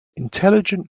intelligent